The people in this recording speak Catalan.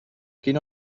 quina